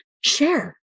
share